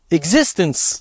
existence